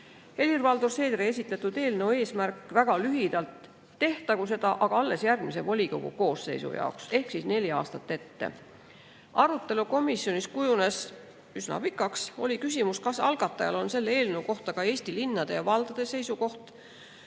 Helir-Valdor Seederi esitatud eelnõu eesmärk väga lühidalt [on see, et] tehtagu seda, aga alles järgmise volikogu koosseisu jaoks ehk neli aastat ette. Arutelu komisjonis kujunes üsna pikaks. Oli küsimus, kas algatajal on selle eelnõu kohta ka Eesti Linnade ja Valdade seisukoht,